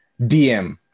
DM